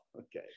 okay